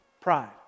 Pride